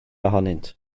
ohonynt